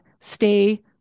stay